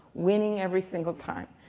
winning every single time.